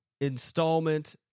installment